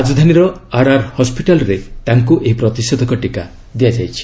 ରାଜଧାନୀର ଆରଆର୍ ହସ୍ୱିଟାଲରେ ତାଙ୍କୁ ଏହି ପ୍ରତିଷେଧକ ଟିକା ଦିଆଯାଇଛି